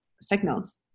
signals